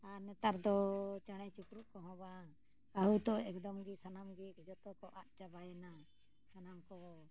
ᱟᱨ ᱱᱮᱛᱟᱨ ᱫᱚ ᱪᱮᱬᱮᱼᱪᱤᱯᱨᱩᱫ ᱠᱚᱦᱚᱸ ᱵᱟᱝ ᱟᱹᱦᱩᱛᱚ ᱮᱠᱫᱚᱢ ᱜᱮ ᱥᱟᱱᱟᱢ ᱜᱮ ᱡᱚᱛᱚ ᱠᱚ ᱟᱫ ᱪᱟᱵᱟᱭᱮᱱᱟ ᱥᱟᱱᱟᱢ ᱠᱚ